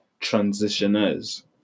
transitioners